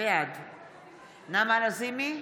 בעד נעמה לזימי,